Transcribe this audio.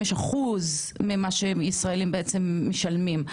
אחוז ממה שישראלים בעצם משלמים,